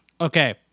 okay